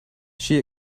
she